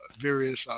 various